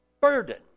burden